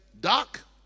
Doc